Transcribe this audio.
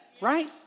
right